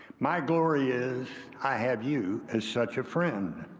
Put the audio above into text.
my glory is i have you as such a friend